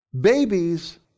Babies